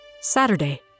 Saturday